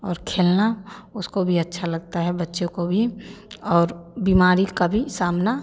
और खेलना उसको भी अच्छा लगता है बच्चों को भी और बीमारी का भी सामना